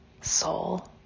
soul